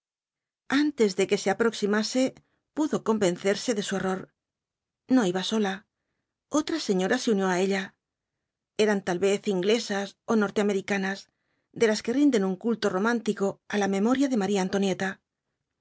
antes de que se aproximase pudo convencerse de su error no iba sola otra señora se unió á ella eran tal vez inglesas ó norteamericanas de las que rinden un culto romántico á la memoria de maría antonieta